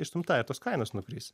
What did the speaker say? išstumta ir tos kainos nukris